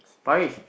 Parish